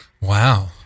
Wow